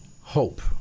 hope